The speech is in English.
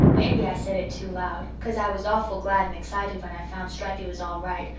maybe i said it too loud cause i was awful glad and excited when i found stripey was all right.